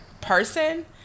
person